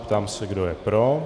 Ptám se, kdo je pro.